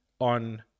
on